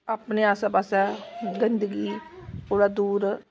अपने आसे पास्से गंदगी कोला दूर